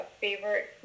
favorite